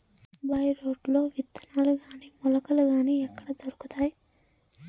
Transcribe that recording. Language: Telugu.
బై రోడ్లు విత్తనాలు గాని మొలకలు గాని ఎక్కడ దొరుకుతాయి?